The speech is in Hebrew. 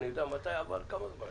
עבר כמה זמן,